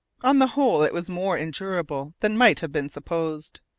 on the whole, it was more endurable than might have been supposed.